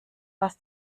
was